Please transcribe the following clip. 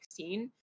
2016